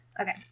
Okay